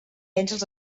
vèncer